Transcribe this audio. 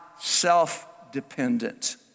self-dependent